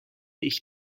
ich